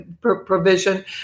provision